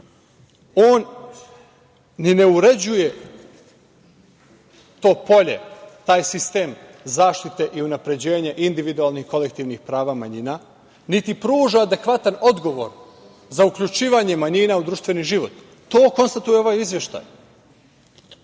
on ni ne uređuje to polje, taj sistem zaštite i unapređenje individualnih kolektivnih prava manjina, niti pruža adekvatan odgovor za uključivanje manjina u društveni život. To konstatuje ovaj izveštaj. Srbija